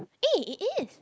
eh it is